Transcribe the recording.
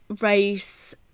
race